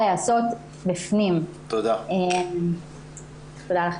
תודה לך.